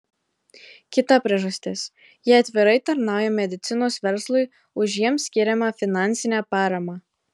kita priežastis jie atvirai tarnauja medicinos verslui už jiems skiriamą finansinę paramą